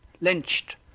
Lynched